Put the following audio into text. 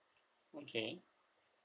okay